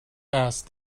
asked